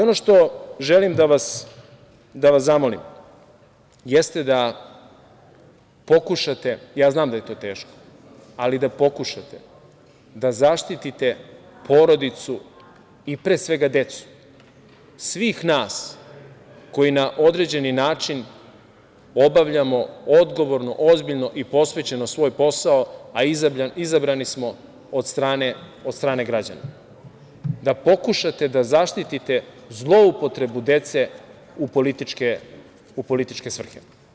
Ono što želim da vas zamolim jeste da pokušate, ja znam da je to teško, ali da pokušate da zaštite porodicu i pre svega decu svih nas koji na određeni način obavljamo odgovorno, ozbiljno i posvećeno svoj posao, a izabrani smo od strane građana, da pokušate da zaštitite zloupotrebu dece u političke svrhe.